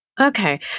Okay